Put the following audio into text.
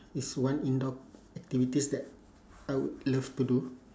it's one indoor activities that I would love to do